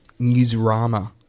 newsrama